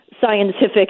scientific